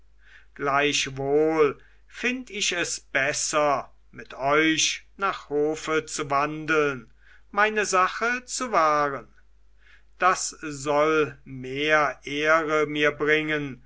gleichwohl find ich es besser mit euch nach hofe zu wandeln meine sache zu wahren das soll mehr ehre mir bringen